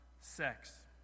Sex